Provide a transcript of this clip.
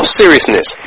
seriousness